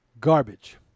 garbage